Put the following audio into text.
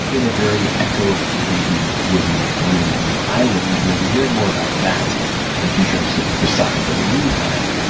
in a very echo-laden wooden room, on an island and we'll be hearing more about that in a few short episodes with chris sacca, but in the meantime,